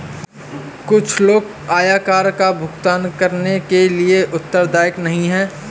कुछ लोग आयकर का भुगतान करने के लिए उत्तरदायी नहीं हैं